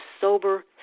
sober